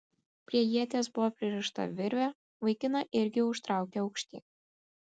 prie ieties buvo pririšta virvė vaikiną irgi užtraukė aukštyn